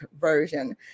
Version